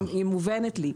היא מובנת לי.